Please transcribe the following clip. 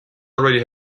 already